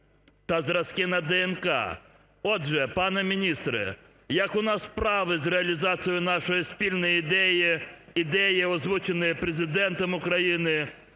та зразки на ДНК. Отже, пан міністре, як у нас справи з реалізацією нашої спільної ідеї, ідеї, озвученої Президентом України,